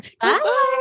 Bye